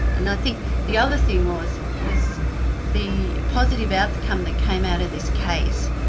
and i think the other thing was, was the positive outcome that came out of this case,